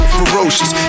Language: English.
ferocious